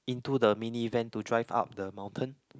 into the mini van to drive up the mountain